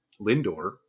Lindor